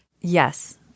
Yes